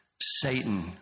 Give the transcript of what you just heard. Satan